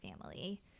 family